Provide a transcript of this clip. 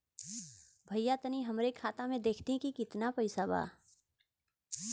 भईया तनि हमरे खाता में देखती की कितना पइसा बा?